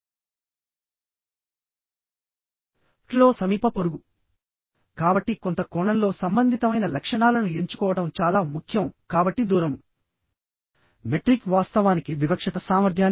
ఇక్కడ net area Anet దీన్ని ఇలా కనుక్కోవాలి x t